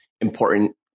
important